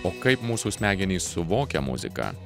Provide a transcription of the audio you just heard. o kaip mūsų smegenys suvokia muziką